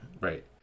Right